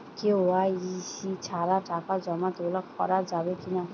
KYC ছাড়া টাকা জমা তোলা করা যাবে কি না?